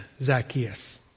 Zacchaeus